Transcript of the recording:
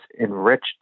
enriched